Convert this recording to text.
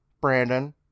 Brandon